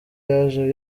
yaje